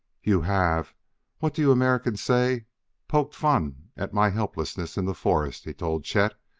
you have what do you americans say poked fun at my helplessness in the forest, he told chet.